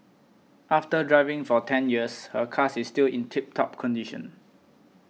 after driving for ten years her car is still in tip top condition